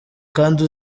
kandi